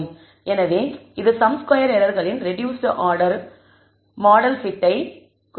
எனவே இது sum square எரர்களின் ரெடூஸ்ட் ஆடர் மாடல் பிட்டை குறிக்கிறது